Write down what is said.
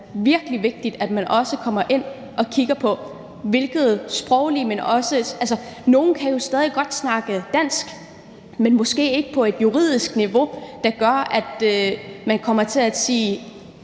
virkelig vigtigt, at man også kommer ind og kigger på – altså, nogle kan jo stadig godt snakke dansk, men måske ikke på et juridisk niveau, hvilket gør, at man kan komme til at sige